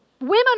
Women